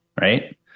right